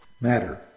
matter